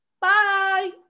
Bye